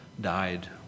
died